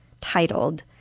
titled